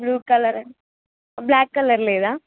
blue colour black colour లేదా